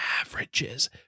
averages